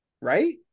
Right